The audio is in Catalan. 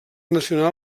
nacional